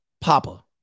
Papa